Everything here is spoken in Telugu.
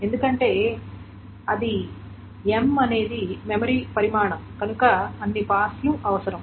ఎందుకంటే అది M M అనేది మెమరీ పరిమాణం కనుక అన్ని పాస్లు అవసరం